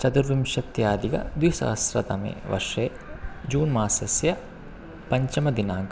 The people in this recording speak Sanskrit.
चतुर्विंशत्यधिकद्विसहस्रतमे वर्षे जून् मासस्य पञ्चमदिनाङ्कः